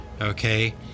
okay